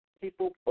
People